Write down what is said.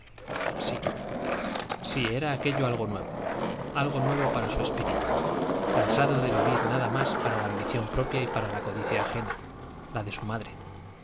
sí sí era aquello algo nuevo algo nuevo para su espíritu cansado de vivir nada más para la ambición propia y para la codicia ajena la de su madre